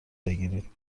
بگیرید